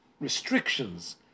restrictions